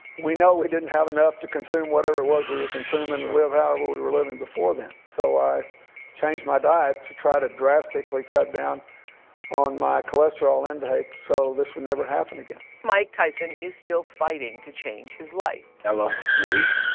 we know we didn't have enough to consume whatever it was we were consuming and to live however we were living before then. so, i changed my diet to try to drastically cut down on my cholesterol intake, so this would never happen again. mike tyson is still fighting to change his life. i lost weight.